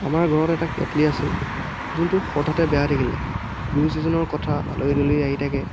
আমাৰ ঘৰত এটা কেটলি আছিল কিন্তু হঠাতে বেয়া হৈ থাকিলে বিহু ছিজনৰ কথা আহলী দুলহী আহি থাকে